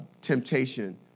temptation